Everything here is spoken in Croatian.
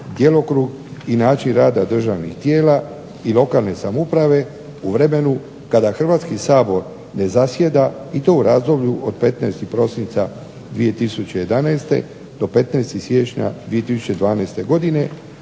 i način rada državnih tijela i lokalne samouprave u vremenu kada Hrvatski sabor ne zasjeda i to u razdoblju od 15. prosinca 2011. do 15. siječnja 2012. godine